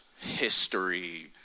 history